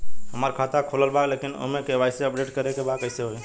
हमार खाता ता खुलल बा लेकिन ओमे के.वाइ.सी अपडेट करे के बा कइसे होई?